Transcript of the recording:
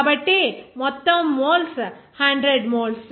కాబట్టి మొత్తం moles 100 moles